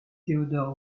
theodore